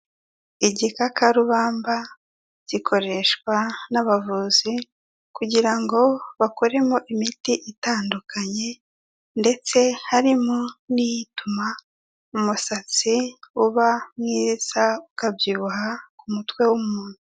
Igikakarubamba gikoreshwa n'abavuzi kugira ngo bakoremo imiti itandukanye, ndetse harimo n'iyituma umusatsi uba mwiza, ukabyibuha ku mutwe w'umuntu.